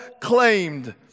claimed